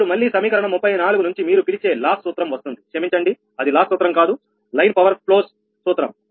ఇప్పుడు మళ్లీ సమీకరణం 34 నుంచి మీరు పిలిచే లాస్ సూత్రం వస్తుంది క్షమించండి అది లాస్ సూత్రం కాదు లైన్ పవర్ ఫ్లోన్ సూత్రం